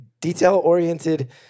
detail-oriented